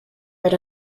red